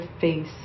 face